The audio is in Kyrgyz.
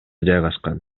жайгашкан